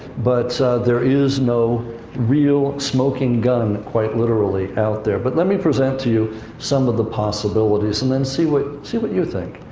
but there is no real smoking gun, quite literally, out there. but let me present to you some of the possibilities. and then see what, see what you think.